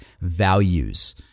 values